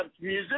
music